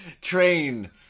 Train